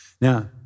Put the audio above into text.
Now